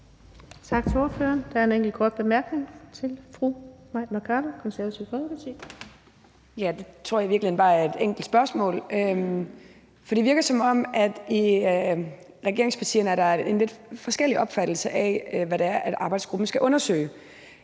Tak til ordføreren. Der er en enkelt kort bemærkning til fru Mai Mercado, Det Konservative Folkeparti. Kl. 11:21 Mai Mercado (KF): Jeg har bare et enkelt spørgsmål. Det virker, som om der i regeringspartierne er en lidt forskellig opfattelse af, hvad det er, arbejdsgruppen skal undersøge.